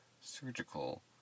surgical